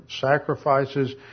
sacrifices